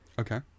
Okay